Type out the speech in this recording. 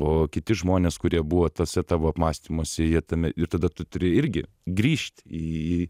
o kiti žmonės kurie buvo tuose tavo apmąstymuose jie tame ir tada tu turi irgi grįžt į